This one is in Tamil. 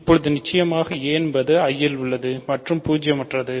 இப்போது நிச்சயமாக a என்பது I இல் உள்ளது மற்றும் பூஜ்ஜியமற்றது